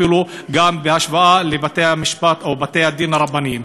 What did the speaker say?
אפילו בהשוואה לבתי-המשפט או לבתי-הדין הרבניים.